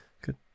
good